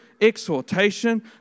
exhortation